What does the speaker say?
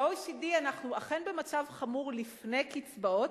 ב-OECD אנחנו אכן במצב חמור לפני קצבאות.